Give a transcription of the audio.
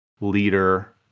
leader